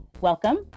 Welcome